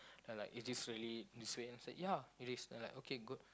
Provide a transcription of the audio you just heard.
ya like is this really this way I say ya it is I like okay good